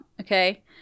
okay